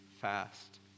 fast